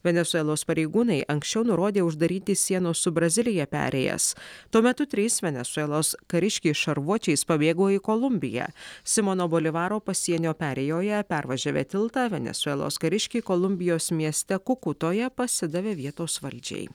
venesuelos pareigūnai anksčiau nurodė uždaryti sienos su brazilija perėjas tuo metu trys venesuelos kariškiai šarvuočiais pabėgo į kolumbiją simono bolivaro pasienio perėjoje pervažiavę tiltą venesuelos kariškiai kolumbijos mieste kukutoje pasidavė vietos valdžiai